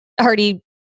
already